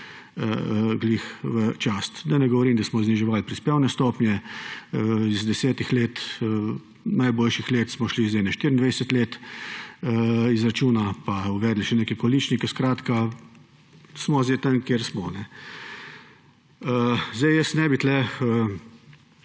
ravno v čas. Da ne govorim, da smo zniževali prispevne stopnje iz 10 najboljših let smo šli zdaj na 24 let izračuna pa uvedli še neke količnike, skratka smo sedaj tam, kjer smo. Jaz ne bi